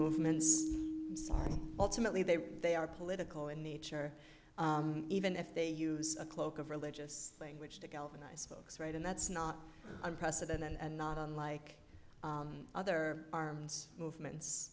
movements are ultimately they they are political in nature even if they use a cloak of religious language to galvanize folks right and that's not on president and not on like other arms movements